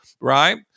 right